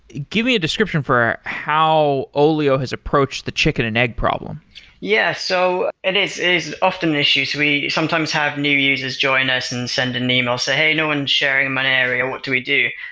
give me a description for how olio has approached the chicken and egg problem yeah. so it is is often issues, we sometimes have new users join us and send an e mail say, hey, no one's sharing in mine area. what do we do?